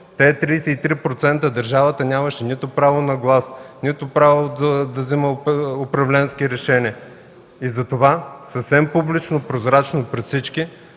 тези 33% държавата нямаше право на глас, нито право да взема управленски решения. Затова съвсем публично и прозрачно пред всички